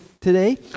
today